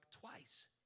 twice